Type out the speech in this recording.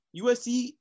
USC